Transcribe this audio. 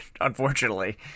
unfortunately